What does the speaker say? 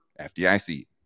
FDIC